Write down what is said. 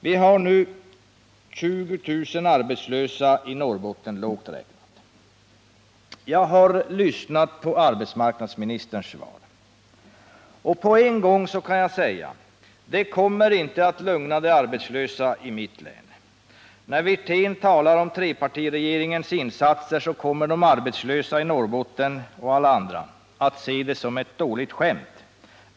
Vi har nu 20 000 arbetslösa i Norrbotten, lågt räknat. Jag har lyssnat på arbetsmarknadsministerns svar, och på en gång kan jag säga: Det kommer inte att lugna de arbetslösa i mitt län. När Rolf Wirtén talar om trepartiregeringens insatser kommer de arbetslösa i Norrbotten, och alla andra, att se det som ett dåligt skämt.